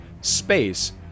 space